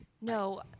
No